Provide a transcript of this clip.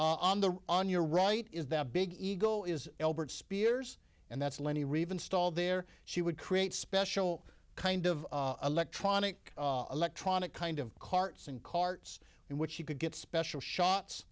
on the on your right is that big ego is elbert spears and that's lenny reeve installed there she would create special kind of electronic electronic kind of carts and carts in which she could get special shots